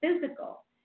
physical